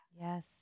Yes